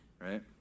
right